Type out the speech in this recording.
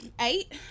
eight